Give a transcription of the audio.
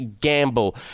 Gamble